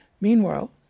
Meanwhile